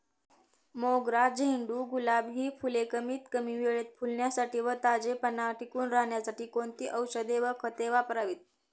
मोगरा, झेंडू, गुलाब हि फूले कमीत कमी वेळेत फुलण्यासाठी व ताजेपणा टिकून राहण्यासाठी कोणती औषधे व खते वापरावीत?